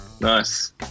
Nice